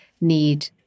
need